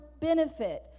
benefit